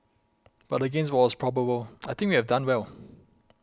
but against what was probable I think we have done well